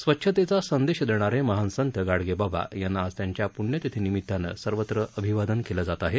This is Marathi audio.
स्वच्छतेचा संदेश देणारे महान संत गाडगेबाबा यांना आज त्यांच्या पुण्यतिथीनिमितानं सर्वत्र अभिवादन केलं जात आहे